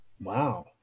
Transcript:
Wow